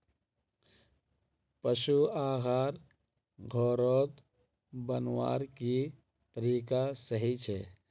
पशु आहार घोरोत बनवार की तरीका सही छे?